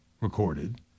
recorded